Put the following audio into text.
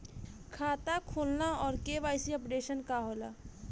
खाता खोलना और के.वाइ.सी अपडेशन का होला?